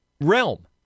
realm